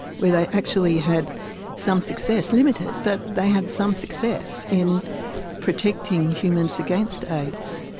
where they actually had some success, limited, but they had some success in protecting humans against aids.